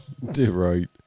right